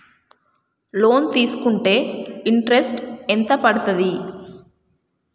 Loan తీస్కుంటే interest ఎంత పడ్తది?